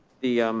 the.